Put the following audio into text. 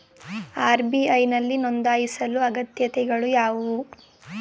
RBI ನಲ್ಲಿ ನೊಂದಾಯಿಸಲು ಅಗತ್ಯತೆಗಳು ಯಾವುವು?